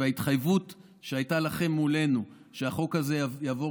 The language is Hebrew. וההתחייבות שהייתה לכם מולנו שהחוק הזה יעבור